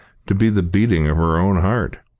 to be the beating of her own heart.